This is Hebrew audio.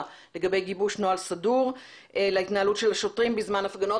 לגבי גיבוש נוהל סדור להתנהלות של השוטרים בזמן הפגנות,